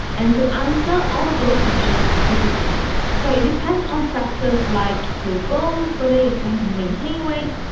and to answer all of those questions, it depends. so it depends on factors like your goals, whether you're trying to maintain weight,